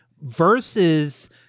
versus